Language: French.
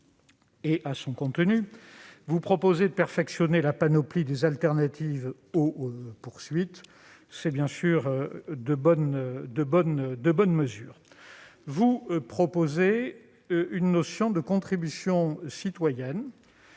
et à son contenu. Vous proposez de perfectionner la panoplie des alternatives aux poursuites, c'est bien sûr une bonne chose. Vous proposez également une contribution citoyenne.